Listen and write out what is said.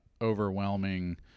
overwhelming